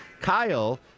Kyle